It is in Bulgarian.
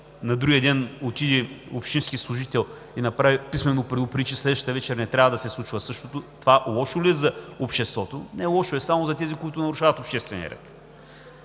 на другия ден отиде общински служител и писмено предупреди, че на следващата вечер не трябва да се случва същото, това лошо ли е за обществото? Не, лошо е само за тези, които нарушават обществения ред.